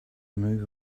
move